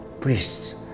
priests